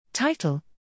title